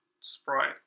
sprite